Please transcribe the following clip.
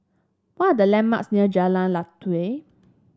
what are the landmarks near Jalan Lateh